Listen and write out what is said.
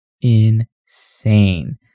insane